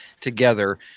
together